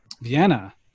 Vienna